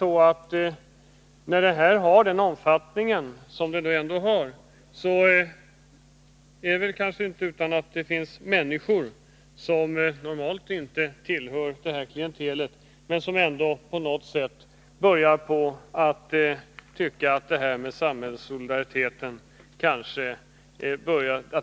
Eftersom verksamheten har en sådan stor omfattning, börjar även människor som normalt inte tillhör det klientel som ägnar sig åt den brottsligheten att svikta i sin samhällssolidaritet.